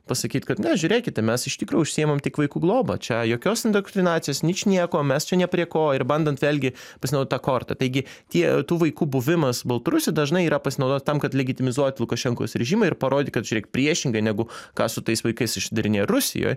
pasakyt kad ne žiūrėkite mes iš tikrųjų užsiimam tik vaikų globa čia jokios indoktrinacijos ničnieko mes čia ne prie ko ir bandant vėlgi pasinau tą kortą taigi tie tų vaikų buvimas baltarusijoj dažnai yra pasinaudot tam kad ligitimizuot lukašenkos režimą ir parodyt kad žiūrėkit priešingai negu ką su tais vaikais išdarinėjo rusijoj